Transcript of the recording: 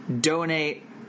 donate